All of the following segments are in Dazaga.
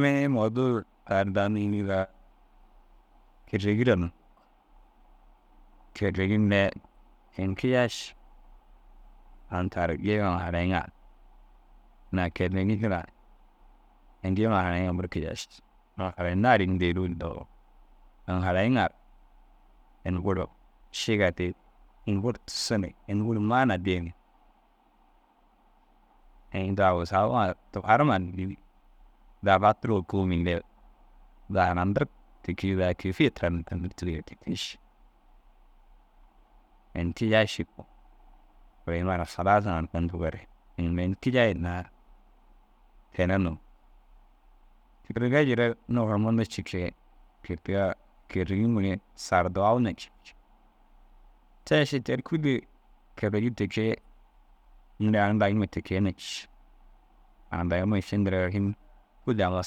Mini mouduu tani daa nuŋurugaa kêregi raa nu. Kêregi mire ini kiyai ši aŋ tar gêema harayiŋa. Ini a « kêregi » indigaa ini geema harayiŋaa buru kiyai ši. Aŋ harayinnaa ru ini bêruu hinnoo aŋ harayiŋa ru ini buru šiga dii. Ini buru tussu ni ini buru maana dii ni. Ini daa wusa u ai tufarima na dîli zaga hanandirig ti kee zaga kêefiye tiran ninda nûrtugire ti kee ši. Ini kijai ši koo mire inuu ini mire ini kijai hinnaa ferege num. Ferege jirer nufura munda cikire ti kaa kêregi mire sarduwa u na cii. Te ši te ru kûlli kêregi ti kee inda aŋ daguma ti kee na cii. Aŋ daguma ši ndirigaa înni?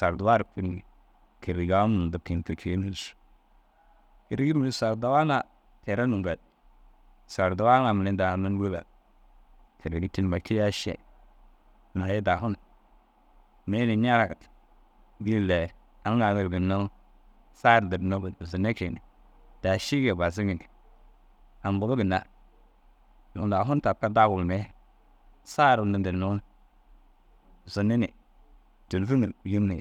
saduwaa ru kûi ni kêregaa mundukin ti kee. Kêregi mire sarduwa ŋa te raa nûŋgaa. Sarduwaa ŋa mire daa unnu nûŋguruga kêregi te mire kiyai ši. Teere i dagum mire i ni ñiragu aŋ naagire bennoo saa ru dirnnoo gûro buzunne kege ni daa šiga bazigi ni. Aŋ guru ginna aŋ lau hun tapka daguu mire saa ru unnu dunnoo zunni ni tôlufun ru kûliiŋ ni